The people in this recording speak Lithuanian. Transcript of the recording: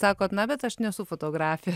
sakot na bet aš nesu fotografė